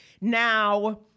Now